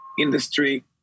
industry